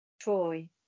Troy